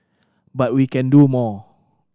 but we can do more